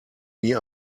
nie